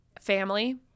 family